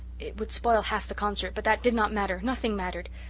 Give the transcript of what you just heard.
it would spoil half the concert but that did not matter nothing mattered.